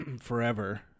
forever